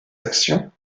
actions